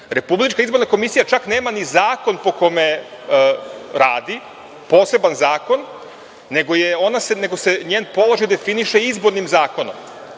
Republička izborna komisija čak nema ni zakon po kome radi, poseban zakon, nego se njen položaj definiše izbornim zakonom. Znači,